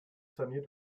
saniert